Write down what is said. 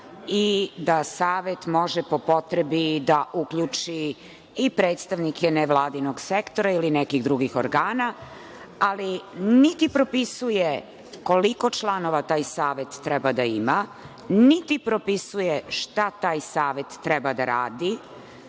i da savet može po potrebi da uključi i predstavnike nevladinog sektora ili nekih drugih organa. Ali, niti propisuje koliko članova taj savet treba da ima, niti propisuje šta taj savet treba da radi,